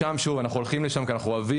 שוב אנחנו הולכים לשם כי אנחנו אוהבים